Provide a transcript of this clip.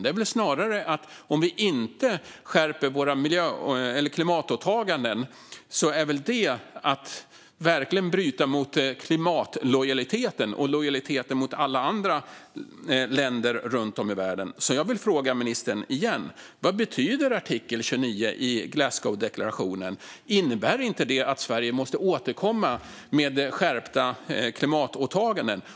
Det är väl snarare så att om vi inte skärper våra klimatåtaganden så bryter vi verkligen mot klimatlojaliteten och lojaliteten mot alla andra länder runt om i världen. Jag vill därför fråga ministern igen: Vad betyder artikel 29 i Glasgowdeklarationen? Innebär inte den att Sverige måste återkomma med skärpta klimatåtaganden?